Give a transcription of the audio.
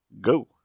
go